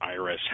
IRS